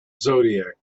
zodiac